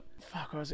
fuck